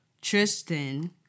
Tristan